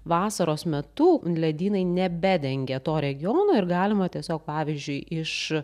vasaros metu ledynai nebedengė to regiono ir galima tiesiog pavyzdžiui iš